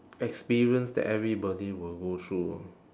experience that everybody will go through